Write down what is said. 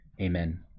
Amen